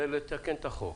זה לתקן את החוק.